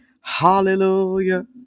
Hallelujah